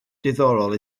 diddorol